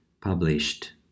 published